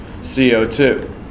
CO2